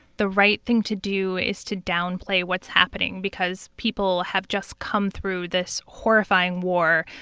the right thing to do is to downplay what's happening because people have just come through this horrifying war.